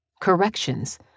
corrections